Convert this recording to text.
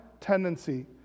tendency